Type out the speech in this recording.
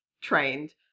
trained